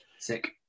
Sick